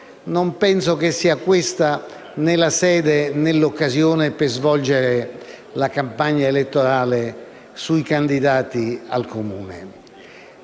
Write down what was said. non penso sia questa né la sede, né l'occasione per svolgere la campagna elettorale sui candidati al Comune.